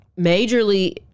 majorly